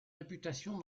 réputation